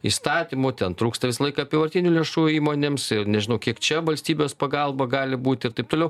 įstatymų ten trūksta visą laiką apyvartinių lėšų įmonėms ir nežinau kiek čia valstybės pagalba gali būti ir taip toliau